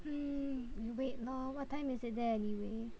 hmm we wait lor what time is it there anyway